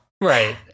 Right